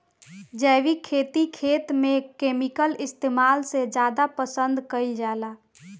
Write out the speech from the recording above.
जैविक खेती खेत में केमिकल इस्तेमाल से ज्यादा पसंद कईल जाला